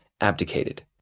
abdicated